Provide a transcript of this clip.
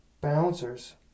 bouncers